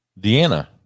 Deanna